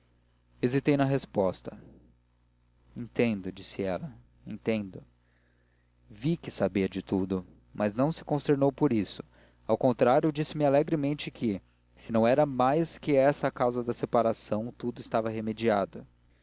hesitei na resposta entendo disse ela entendo vi que sabia tudo mas não se consternou por isso ao contrário disse-me alegremente que se não era mais que essa a causa da separação tudo estava remediado